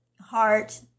heart